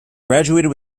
graduated